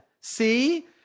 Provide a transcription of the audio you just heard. see